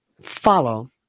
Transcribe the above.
follow